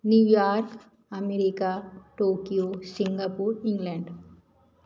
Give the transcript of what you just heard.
New York America Tokyo Singapore England